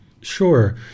Sure